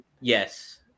Yes